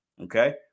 Okay